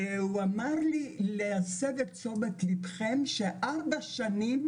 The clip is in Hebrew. והוא אמר לי להסב את תשומת לבכם שארבע שנים